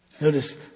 Notice